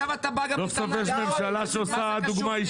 יש ממשלה שנותנת דוגמה אישית.